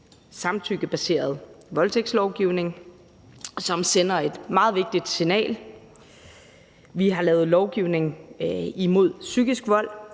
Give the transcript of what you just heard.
samtykkebaseret voldtægtslovgivning, som sender et meget vigtigt signal. Vi har lavet lovgivning imod psykisk vold.